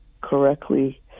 correctly